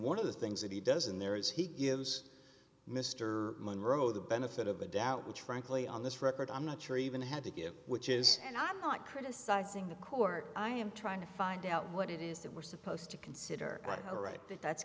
one of the things that he does in there is he gives mr munroe the benefit of the doubt which frankly on this record i'm not sure even had to give which is and i'm not criticizing the court i am trying to find out what it is that we're supposed to consider right all right that